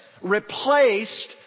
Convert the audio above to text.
replaced